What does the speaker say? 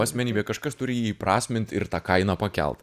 asmenybėj kažkas turi jį įprasmint ir tą kainą pakelt